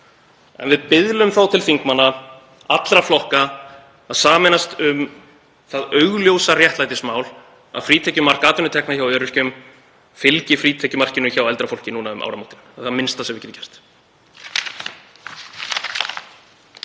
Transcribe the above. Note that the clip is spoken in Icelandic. En við biðlum til þingmanna allra flokka að sameinast um það augljósa réttlætismál að frítekjumark atvinnutekna hjá öryrkjum fylgi frítekjumarki hjá eldra fólki núna um áramótin. Það er það minnsta sem við getum gert.